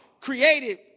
created